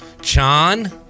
Chan